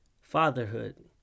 fatherhood